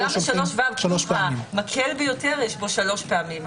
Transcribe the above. זה גם 3ו. יש כאן שלוש פעמים.